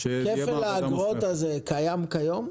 כפל האגרות הזה קיים כיום?